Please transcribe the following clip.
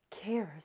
cares